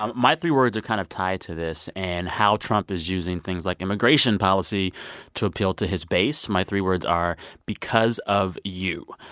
um my three words are kind of tied to this and how trump is using things like immigration policy to appeal to his base. my three words are because of you.